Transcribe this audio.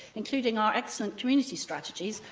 including our excellent community strategies,